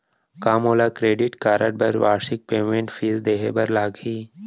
का मोला credit card बर वार्षिक मेंटेनेंस फीस देहे बर लागही?